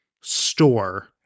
store